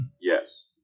Yes